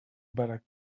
belek